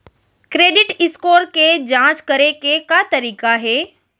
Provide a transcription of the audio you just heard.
Credit score के जाँच करे के का तरीका हे?